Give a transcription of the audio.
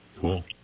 Cool